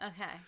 Okay